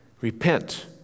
Repent